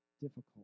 difficult